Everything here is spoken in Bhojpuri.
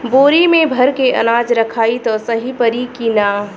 बोरी में भर के अनाज रखायी त सही परी की ना?